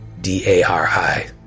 D-A-R-I